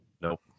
Nope